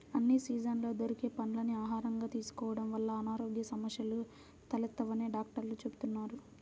అన్ని సీజన్లలో దొరికే పండ్లని ఆహారంగా తీసుకోడం వల్ల అనారోగ్య సమస్యలు తలెత్తవని డాక్టర్లు చెబుతున్నారు